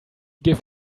give